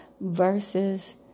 versus